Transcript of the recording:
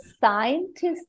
scientists